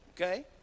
okay